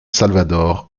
salvador